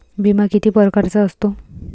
बिमा किती परकारचा असतो?